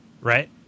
Right